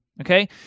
Okay